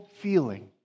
feeling